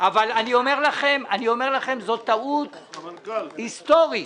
אומר לכם, זאת טעות היסטורית.